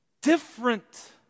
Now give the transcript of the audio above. different